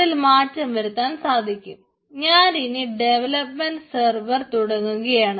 അതിൽ മാറ്റം വരുത്താൻ സാധിക്കും ഞാനിനി ഡെവലപ്മെൻറ് സർവർ തുടങ്ങുകയാണ്